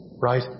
Right